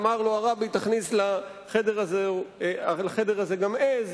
אמר לו הרבי: תכניס לחדר הזה גם עז.